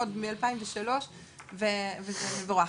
עוד מ-2003 וזה מבורך,